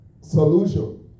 solution